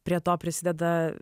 prie to prisideda